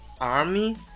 army